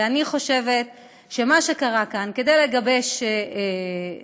אני חושבת שמה שקרה כאן הוא שכדי לגבש רשימה,